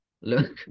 Look